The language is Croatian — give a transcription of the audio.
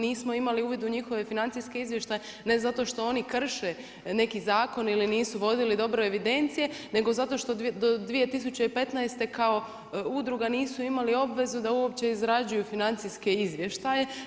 Nismo imali uvid u njihove financijske izvještaje, ne zato što oni krše neki zakon ili nisu vodili dobre evidencije, nego zato što do 20115. kao udruga nisu imali obvezu da uopće izrađuju financijske izvještaje.